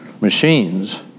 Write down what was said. machines